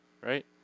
Right